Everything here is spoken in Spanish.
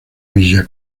villa